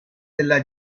della